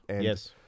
yes